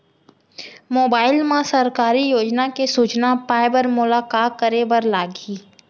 mobile मा सरकारी योजना के सूचना पाए बर मोला का करे बर लागही